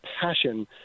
passion